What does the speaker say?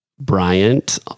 Bryant